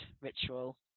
ritual